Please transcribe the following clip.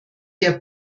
der